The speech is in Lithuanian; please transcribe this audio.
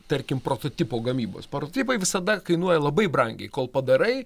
tarkim prototipo gamybos prototipai visada kainuoja labai brangiai kol padarai